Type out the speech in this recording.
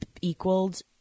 equaled